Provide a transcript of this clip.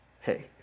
Hey